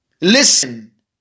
listen